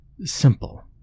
Simple